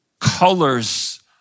colors